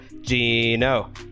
Gino